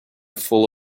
full